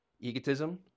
egotism